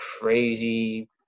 crazy